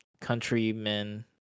countrymen